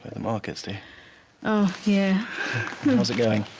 the markets, do you? oh, yeah. how's it going?